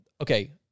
okay